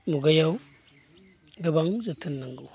मुगायाव गोबां जोथोन नांगौ